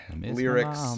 lyrics